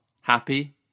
happy